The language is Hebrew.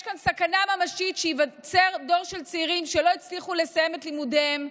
יש כאן סכנה ממשית שייווצר דור של צעירים שלא הצליחו לסיים את לימודיהם,